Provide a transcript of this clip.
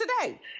today